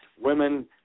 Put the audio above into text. women